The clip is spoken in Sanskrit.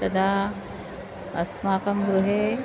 तदा अस्माकं गृहे